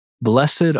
Blessed